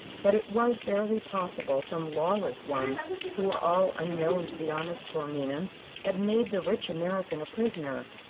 but it was barely possible some lawless ones who were all unknown to the honest taorminians had made the rich american a prisoner.